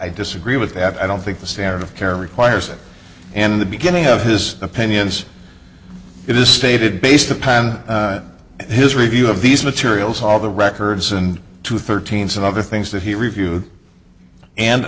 i disagree with that i don't think the standard of care requires it and the beginning of his opinions it is stated based upon his review of these materials all the records and to thirteens and other things that he reviewed and